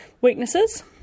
weaknesses